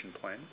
plan